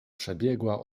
przebiegła